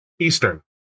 Eastern